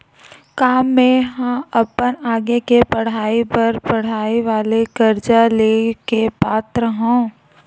का मेंहा अपन आगे के पढई बर पढई वाले कर्जा ले के पात्र हव?